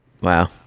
Wow